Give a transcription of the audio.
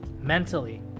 mentally